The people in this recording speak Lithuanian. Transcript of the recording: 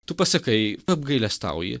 tu pasakai apgailestauji